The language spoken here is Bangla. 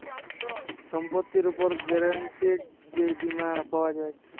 সম্পত্তির উপর গ্যারান্টিড যে বীমা পাওয়া যায়